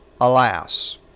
Alas